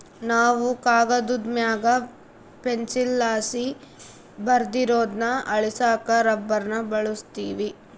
ನಾವು ಕಾಗದುದ್ ಮ್ಯಾಗ ಪೆನ್ಸಿಲ್ಲಾಸಿ ಬರ್ದಿರೋದ್ನ ಅಳಿಸಾಕ ರಬ್ಬರ್ನ ಬಳುಸ್ತೀವಿ